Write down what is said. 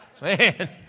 man